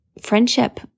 friendship